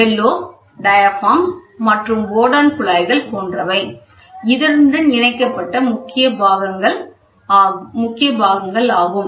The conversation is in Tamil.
பெல்லோஸ் டயாபிராம்ஸ் மற்றும் போர்டன் குழாய்கள் போன்றவை இதனுடன் இணைக்கப்பட்ட முக்கிய பாகங்கள் ஆகும்